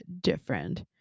different